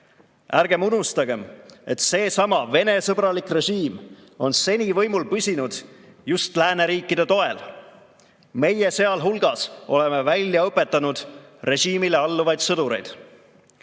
Ärgem unustagem, et seesama Vene‑sõbralik režiim on seni võimul püsinud just lääneriikide toel. Meie sealhulgas oleme välja õpetanud režiimile alluvaid sõdureid.